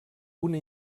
una